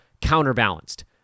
counterbalanced